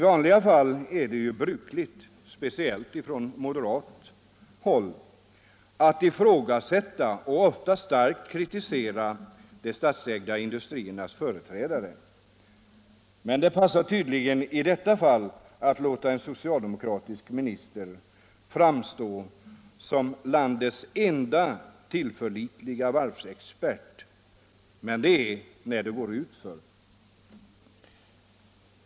I vanliga fall är det ju brukligt — speciellt från moderat håll — att ifrågasätta och, oftast, starkt kritisera de statsägda industriernas företrädare. Men det passar tydligen i detta fall att låta en socialdemokratisk minister framstå som landets enda tillförlitliga varvsexpert — när det går utför.